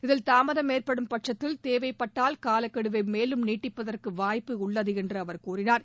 இதில் தாமதம் ஏற்படும் பட்சத்தில் தேவைப்பட்டால் காலக்கெடுவை மேலும் நீட்டிப்பதற்கு வாய்ப்பு உள்ளது என்று அவர் கூறினார்